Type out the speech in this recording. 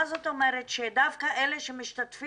מה זאת אומרת שדווקא אלה שמשתתפים